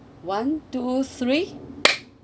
one two three